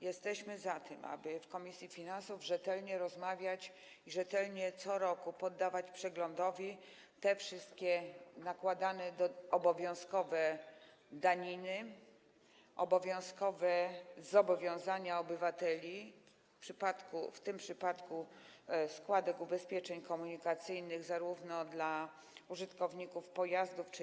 Jesteśmy za tym, aby w komisji finansów rzetelnie rozmawiać i rzetelnie co roku poddawać przeglądowi te wszystkie nakładane obowiązkowe daniny, obowiązkowe zobowiązania obywateli, w tym przypadku składki w zakresie ubezpieczeń komunikacyjnych zarówno dla użytkowników pojazdów, jak